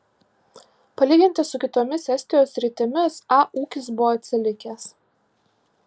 palyginti su kitomis estijos sritimis a ūkis buvo atsilikęs